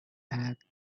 packed